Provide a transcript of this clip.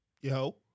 Yo